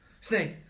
Snake